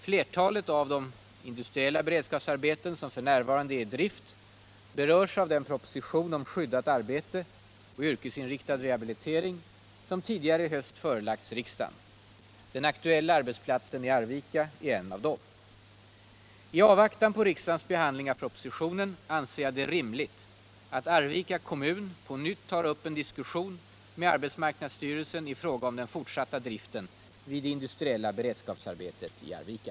Flertalet av de industriella beredskapsarbeten som f.n. är i drift berörs av den proposition om skyddat arbete och yrkesinriktad rehabilitering som tidigare i höst förelagts riksdagen. Den aktuella arbetsplatsen i Arvika är en av dessa. I avvaktan på riksdagens behandling av propositionen anser jag det rimligt att Arvika kommun på nytt tar upp en diskussion med arbetsmarknadsstyrelsen i fråga om den fortsatta driften vid det industriella beredskapsarbetet i Arvika.